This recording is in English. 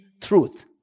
truth